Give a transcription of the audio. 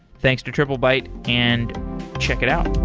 thanks to triplebyte, and check it out.